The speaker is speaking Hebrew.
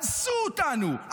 אנסו אותנו,